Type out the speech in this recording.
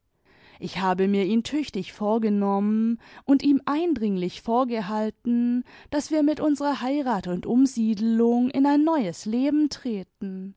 ich habe mir ihn tüchtig vorgenommen und ihm eindringlich vorgehalten daß wir mit unserer heirat und umsiedelung in ein neues leben treten